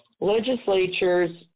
legislatures